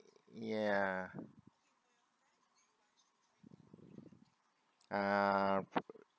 ya uh